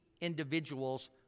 individuals